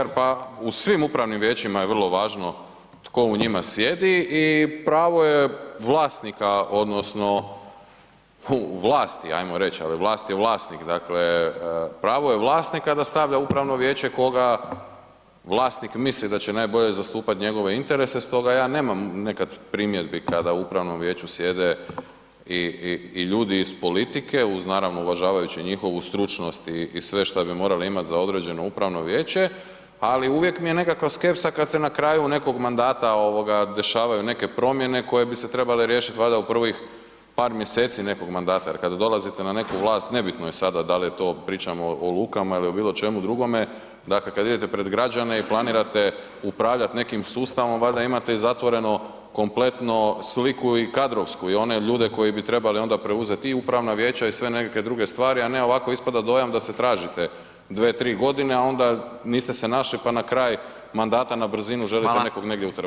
Kolega Žagar, pa u svim upravnim vijećima je vrlo važno tko u njima sjedi i pravo je vlasnika odnosno vlasti ajmo reć, al vlast je vlasnik, dakle pravo je vlasnika da stavlja u upravno vijeće koga, vlasnik misli da će najbolje zastupat njegove interese, stoga ja nemam nekad primjedbi kada u upravnom vijeću sjede i, i, i ljudi iz politike uz naravno uvažavajući i njihovu stručnost i sve šta bi morali imat za određeno upravno vijeće, ali uvijek mi je nekako skepsa kada se na kraju nekog mandata dešavaju neke promjene koje bi se trebale riješiti valjda u prvih par mjeseci nekog mandata jer kada dolazite na neku vlast nebitno je sada da li to pričamo o lukama ili o bilo čemu drugome, dakle kada idete pred građane i planirate upravljati nekim sustavom valjda imate i zatvoreno kompletno sliku i kadrovsku i one ljude koje bi trebali onda preuzeti i upravna vijeće i sve nekakve druge stvari, a ne ovako ispada dojam da se tražite dve, tri godine, a onda se niste našli pa na kraj mandata na brzinu želite nekog negdje utrpat.